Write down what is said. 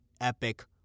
epic